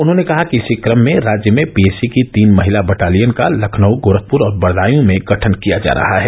उन्होंने कहा कि इसी क्रम में राज्य में पीएसी की तीन महिला बटालियन का लखनऊ गोरखपुर और बदायँ में गठन किया जा रहा है